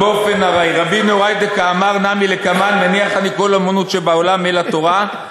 רבי נהוראי דקאמר נמי לקמן מניח אני כל אומנות שבעולם אלא תורה,